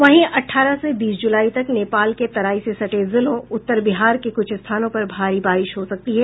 वहीं अठारह से बीस जुलाई तक नेपाल के तराई से सटे जिलों उत्तर बिहार में कुछ स्थानों पर भारी बारिश हो सकती है